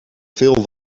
veel